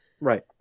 Right